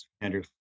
Andrew